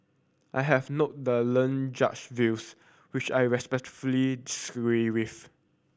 I have noted the learned Judge views which I respectfully disagree with